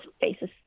faces